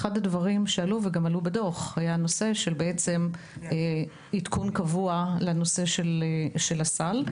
אחד הדברים שעלו בדוח היה הנושא של עדכון קבוע לנושא של הסל.